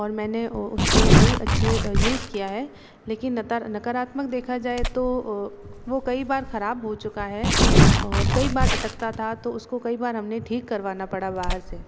और मैंने उसको कई अच्छे यूज किया है लेकिन नकारात्मक देखा जाए तो वो कई बार ख़राब हो चुका है और कई बार अटकता था तो उसको कई बार हमने ठीक करवाना पड़ा बाहर से